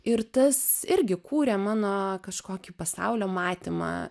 ir tas irgi kūrė mano kažkokį pasaulio matymą